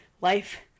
life